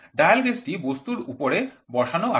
dial gauge টি বস্তুটির উপরে বসানো আছে